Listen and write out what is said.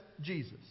Jesus